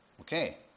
Okay